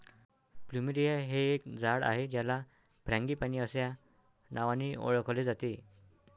plumeria हे एक झाड आहे ज्याला फ्रँगीपानी अस्या नावानी ओळखले जाते